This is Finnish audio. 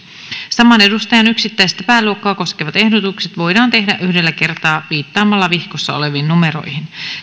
saman edustajan yksittäistä pääluokkaa koskevat ehdotukset voidaan tehdä yhdellä kertaa viittaamalla vihkossa oleviin numeroihin